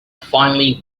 finally